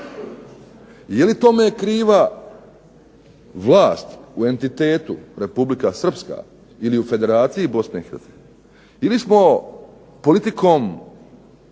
Je li tome kriva vlast u entitetu Republika Srpska, ili u Federaciji Bosne i Hercegovine,